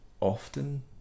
often